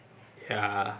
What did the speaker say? ya